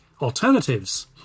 alternatives